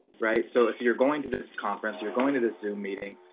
right. so if you're going to this conference, you're going to the zoom meeting.